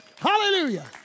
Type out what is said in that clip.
Hallelujah